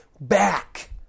back